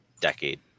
decade